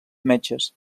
metges